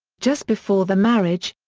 just before the marriage,